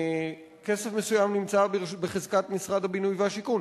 כסף מסוים נמצא בחזקת משרד הבינוי והשיכון.